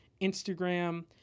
Instagram